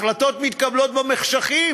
ההחלטות מתקבלות במחשכים,